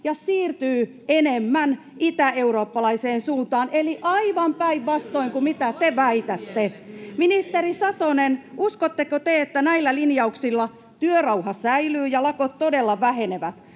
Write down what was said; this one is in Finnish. ja siirtyy enemmän itäeurooppalaiseen suuntaan, eli aivan päinvastoin kuin mitä te väitätte. Ministeri Satonen, uskotteko te, että näillä linjauksilla työrauha säilyy ja lakot todella vähenevät?